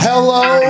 Hello